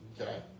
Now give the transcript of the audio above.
Okay